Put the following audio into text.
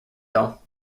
hill